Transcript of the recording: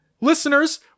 Listeners